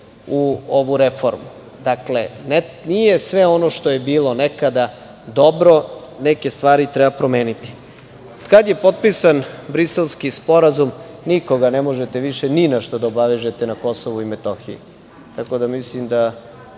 u ovu reformu. Dakle, nije sve ono što je bilo nekada - dobro, neke stvari treba promeniti. Kada je potpisan Briselski sporazum, nikoga ne možete više ni na šta da obavežete na Kosovu i Metohiji, tako da mislim da